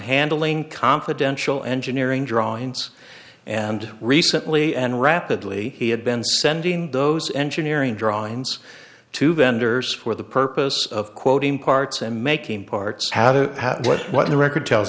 handling confidential engineering drawings and recently and rapidly he had been sending those engineering drawings to vendors for the purpose of quoting parts and making parts how to what what the record tells